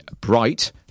Bright